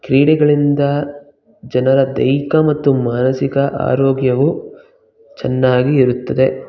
ಕ್ರೀಡೆಗಳಿಂದ ಜನರ ದೈಹಿಕ ಮತ್ತು ಮಾನಸಿಕ ಆರೋಗ್ಯವು ಚೆನ್ನಾಗಿ ಇರುತ್ತದೆ